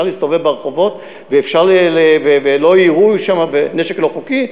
להסתובב ברחובות ולא יירו שם בנשק לא חוקי?